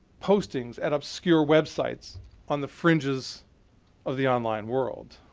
postings at obscure websites on the fringes of the online world.